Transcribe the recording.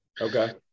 Okay